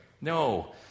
No